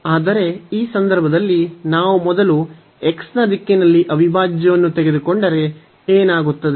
ಆದರೆ ಈ ಸಂದರ್ಭದಲ್ಲಿ ನಾವು ಮೊದಲು x ನ ದಿಕ್ಕಿನಲ್ಲಿ ಅವಿಭಾಜ್ಯವನ್ನು ತೆಗೆದುಕೊಂಡರೆ ಏನಾಗುತ್ತದೆ